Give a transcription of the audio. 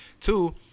Two